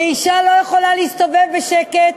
שאישה לא יכולה להסתובב בשקט,